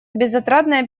безотрадная